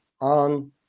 on